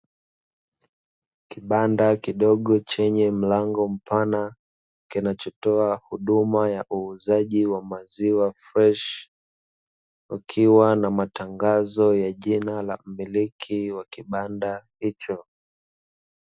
Kibanda kidogo chenye mlango mpana, kinachotoa huduma ya uuzaji wa maziwa freshi, kukiwa na matangazo ya jina la mmiliki wa kibanda hicho,